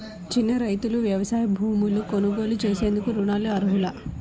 చిన్న రైతులు వ్యవసాయ భూములు కొనుగోలు చేసేందుకు రుణాలకు అర్హులా?